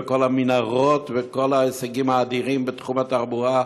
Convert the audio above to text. ובכל המנהרות ובכל ההישגים האדירים בתחום התחבורה,